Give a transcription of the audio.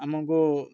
ଆମକୁ